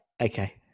okay